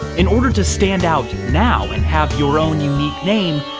in order to stand out now, and have your own unique name,